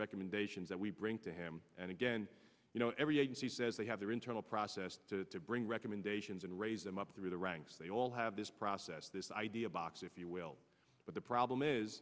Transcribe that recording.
recommendations that we bring to him and again you know every agency says they have their internal process to bring recommendations and raise them up through the ranks they all have this process this idea box if you will but the problem is